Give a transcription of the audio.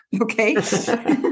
Okay